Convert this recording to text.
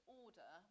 order